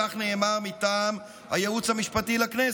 כך נאמר מטעם הייעוץ המשפטי לכנסת.